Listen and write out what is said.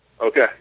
Okay